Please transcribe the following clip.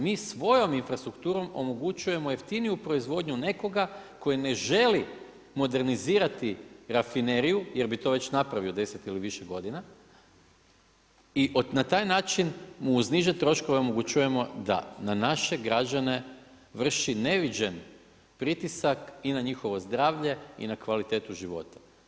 Mi svojom infrastrukturom omogućujemo jeftiniju proizvodnju nekoga tko ne želi modernizirati rafineriju jer bi to već napravio u 10 ili više godina i na taj način mu uz niže troškove omogućujemo da na naše građane vrši neviđen pritisak i na njihovo zdravlje i na kvalitetu života.